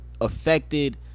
affected